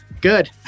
Good